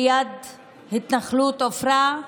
ליד ההתנחלות עפרה,